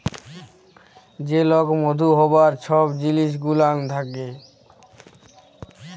যে লক মধু হ্যবার ছব জিলিস গুলাল দ্যাখে